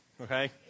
okay